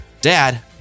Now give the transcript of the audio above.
Dad